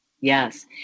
Yes